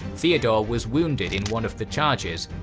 theodore was wounded in one of the charges,